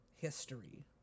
history